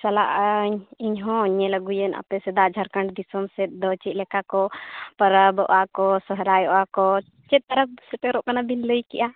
ᱪᱟᱞᱟᱜᱼᱟᱹᱧ ᱤᱧ ᱦᱚᱸ ᱧᱮᱞ ᱟᱹᱜᱩᱭᱟᱹᱧ ᱟᱯᱮ ᱥᱮᱫᱟᱜ ᱡᱷᱟᱨᱠᱷᱚᱱᱰ ᱫᱤᱥᱚᱢ ᱥᱮᱫ ᱫᱚ ᱪᱮᱫ ᱞᱮᱠᱟ ᱠᱚ ᱯᱟᱨᱟᱵᱚᱜᱼᱟ ᱠᱚ ᱥᱚᱦᱚᱨᱟᱭᱚᱜᱼᱟ ᱠᱚ ᱪᱮᱫ ᱯᱟᱨᱟᱵᱽ ᱥᱮᱴᱮᱨᱚᱜ ᱠᱟᱱᱟ ᱵᱤᱱ ᱞᱟᱹᱭ ᱠᱮᱫᱼᱟ